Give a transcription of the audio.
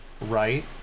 right